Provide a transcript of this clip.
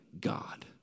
God